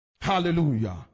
Hallelujah